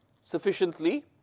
sufficiently